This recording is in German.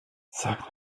sag